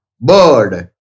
bird